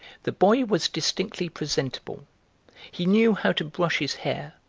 the boy was distinctly presentable he knew how to brush his hair,